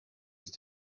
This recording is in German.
ist